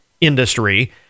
industry